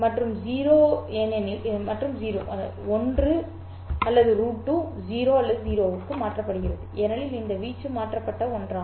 மற்றும் 0 ஏனெனில் இந்த வீச்சு மாற்றப்பட்ட ஒன்றாகும்